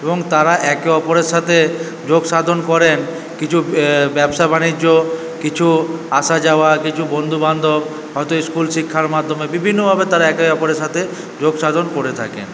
এবং তারা একে অপরের সাথে যোগসাধন করে কিছু ব্যবসা বাণিজ্য কিছু আসা যাওয়া কিছু বন্ধু বান্ধব হয়তো স্কুল শিক্ষার মাধ্যমে বিভিন্নভাবে তারা একে অপরের সাথে যোগসাধন করে থাকে